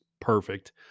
perfect